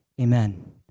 Amen